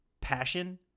passion